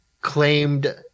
claimed